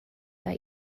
that